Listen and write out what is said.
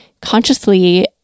consciously